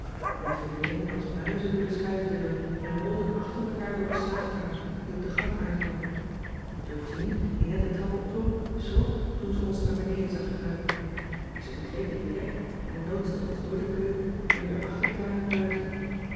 wij verdwenen als muizen door de schuifdeuren en rolden achter mekaar door een slaapkamer die op de gang uitkwam georgien die net de trap opklom schrok toen ze ons naar beneden zag kruipen maar ze begreep het direct en loodste ons door de keuken en door den achtertuin naar buiten